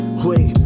wait